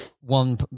one